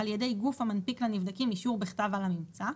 על ידי גוף המנפיק לנבדקים אישור בכתב על הממצא,